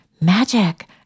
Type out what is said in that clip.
magic